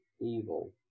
evil